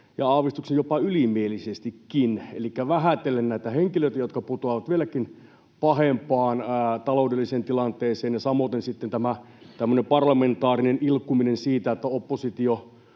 ja aavistuksen jopa ylimielisestikin elikkä vähätellen näitä henkilöitä, jotka putoavat vieläkin pahempaan taloudelliseen tilanteeseen, ja samoiten sitten on ollut tätä tämmöistä